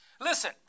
Listen